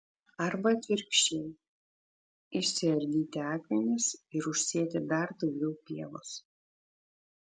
arba atvirkščiai išsiardyti akmenis ir užsėti dar daugiau pievos